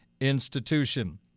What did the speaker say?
institution